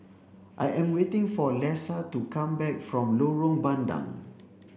I am waiting for Lesa to come back from Lorong Bandang